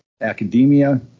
academia